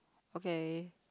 okay